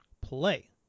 Play